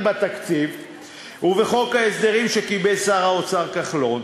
בתקציב ובחוק ההסדרים שקיבל שר האוצר כחלון,